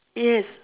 yes